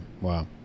wow